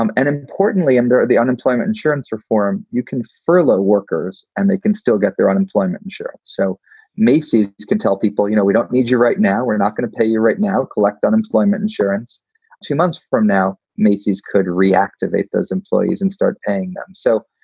um and importantly and importantly, the unemployment insurance reform. you can furlough workers and they can still get their unemployment insurance. so macy's can tell people, you know, we don't need you right now. we're not going to pay you right now, collect unemployment insurance two months from now. macy's could reactivate those employees and start paying them. so,